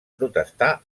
protestar